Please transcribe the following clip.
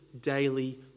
daily